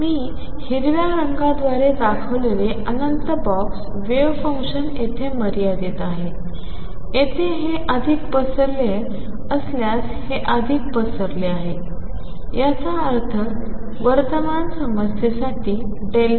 मी हिरव्या रंगाद्वारे दाखवलेले अनंत बॉक्स वेव्ह फंक्शन येथे मर्यादित आहे येथे हे अधिक पसरले असल्यास हे अधिक पसरले आहे याचा अर्थ वर्तमान समस्येसाठी Δx